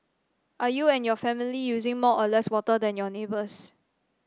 are you and your family using more or less water than your neighbours